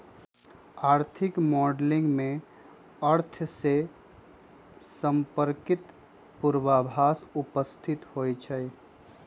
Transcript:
आर्थिक मॉडलिंग में अर्थ से संपर्कित पूर्वाभास उपस्थित होइ छइ